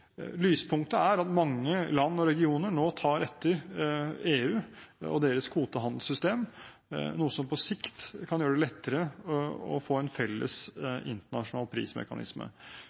Lyspunktet er at mange land og regioner nå tar etter EU og deres kvotehandelsystem, noe som på sikt kan gjøre det lettere å få en felles, internasjonal prismekanisme.